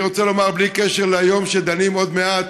אני רוצה לומר, בלי קשר ליום שדנים בו עוד מעט: